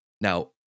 Now